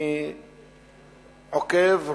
אני עוקב,